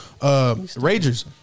Ragers